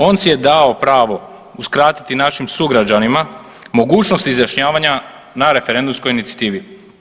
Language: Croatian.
On si je dao pravo uskratiti našim sugrađanima mogućnost izjašnjavanja na referendumskoj inicijativi.